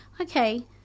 okay